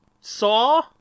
saw